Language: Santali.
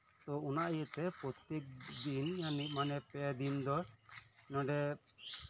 ᱚᱱᱟ ᱤᱭᱟᱹᱛᱮ ᱯᱨᱚᱛᱮᱠ ᱫᱤᱱ ᱢᱤᱫ ᱢᱚᱱᱮᱛᱮ ᱫᱤᱱᱫᱚ ᱱᱚᱰᱮ